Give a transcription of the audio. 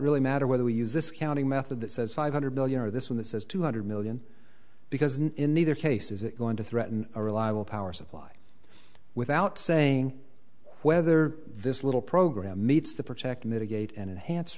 really matter whether we use this counting method that says five hundred million or this one this is two hundred million because in neither case is it going to threaten a reliable power supply without saying whether this little program meets the protect mitigate and enhance